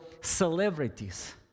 celebrities